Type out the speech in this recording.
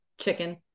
chicken